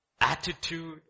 attitude